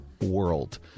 world